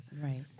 Right